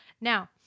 Now